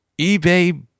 eBay